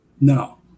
No